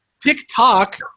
TikTok